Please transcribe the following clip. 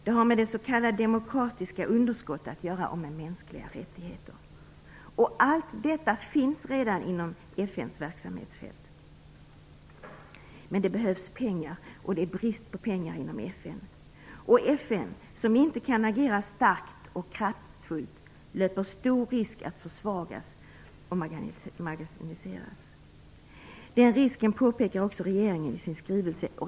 Det har med det s.k. demokratiska underskottet och med mänskliga rättigheter att göra. Allt detta finns redan inom FN:s verksamhetsfält. Men det behövs pengar, och det är brist på pengar inom FN. Ett FN som inte kan agera starkt och kraftfullt löper stor risk att försvagas och marginaliseras. Den risken påpekar regeringen i sin skrivelse.